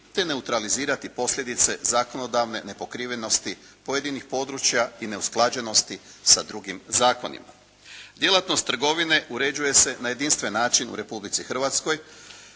te neutralizirati posljedice zakonodavne nepokrivenosti pojedinih područja i neusklađenosti sa drugim zakonima. Djelatnost trgovine uređuje se na jedinstven način u Republici Hrvatskoj